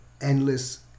endless